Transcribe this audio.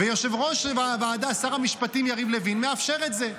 ויושב-ראש הוועדה שר המשפטים יריב לוין מאפשר את זה.